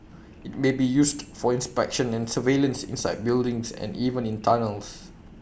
IT may be used for inspection and surveillance inside buildings and even in tunnels